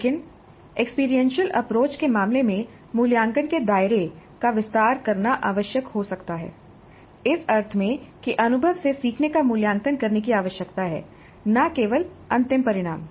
लेकिन experiential approach के मामले में मूल्यांकन के दायरे का विस्तार करना आवश्यक हो सकता है इस अर्थ में कि अनुभव से सीखने का मूल्यांकन करने की आवश्यकता है न केवल अंतिम परिणाम